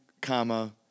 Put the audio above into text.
Comma